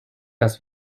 dass